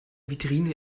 vitrine